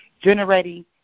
generating